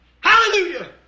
Hallelujah